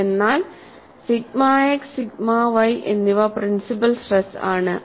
അതിനാൽ sigma x sigma y എന്നിവ principal stress ആണ്